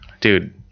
Dude